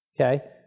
Okay